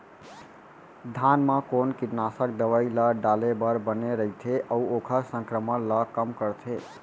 धान म कोन कीटनाशक दवई ल डाले बर बने रइथे, अऊ ओखर संक्रमण ल कम करथें?